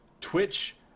twitch